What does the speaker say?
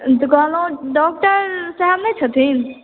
कहलहुॅं डाक्टर साहेब नहि छै